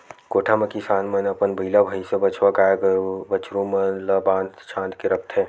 कोठा म किसान मन अपन बइला, भइसा, बछवा, गाय, बछरू मन ल बांध छांद के रखथे